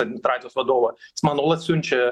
administracijos vadovą jis man nuolat siunčia